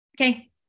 Okay